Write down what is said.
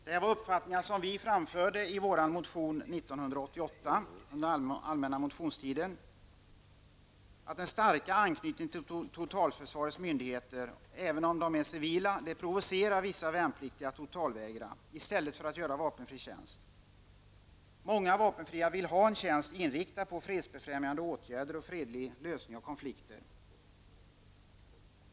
Detta är uppfattningar som vi framfört i vår motion under den allmänna motionstiden 1988. Den starka anknytningen till totalförsvarets myndigheter, även om de är civila, provocerar vissa värnpliktiga till att totalvägra i stället för att göra vapenfri tjänst. Många vapenfria vill ha en tjänst inriktad på fredsbefrämjande åtgärder och fredlig lösning av konflikter.